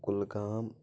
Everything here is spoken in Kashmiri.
کُلگام